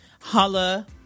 holla